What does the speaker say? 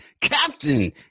Captain